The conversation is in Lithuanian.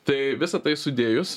tai visa tai sudėjus